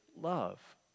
love